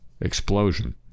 explosion